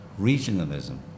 regionalism